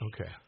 Okay